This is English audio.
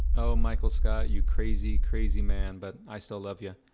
oh michael scott, you crazy crazy man, but i still love you.